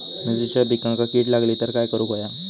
मिरचीच्या पिकांक कीड लागली तर काय करुक होया?